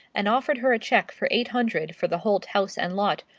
and offered her a check for eight hundred for the holt house and lot,